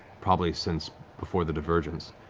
probably since before the divergence.